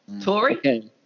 Tory